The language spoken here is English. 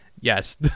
Yes